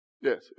Yes